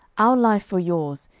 our life for yours,